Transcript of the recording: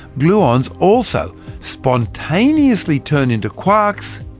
gluons also spontaneously turn into quarks,